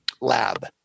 lab